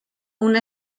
una